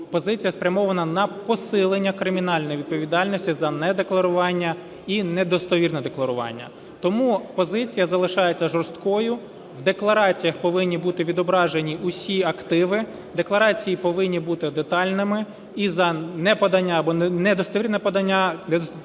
позиція спрямована на посилення кримінальної відповідальності за недекларування і недостовірне декларування. Тому позиція залишається жорсткою: в деклараціях повинні бути відображені усі активи, декларації повинні бути детальними і за неподання або недостовірне подання,